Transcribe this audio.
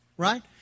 right